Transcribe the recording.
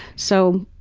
so,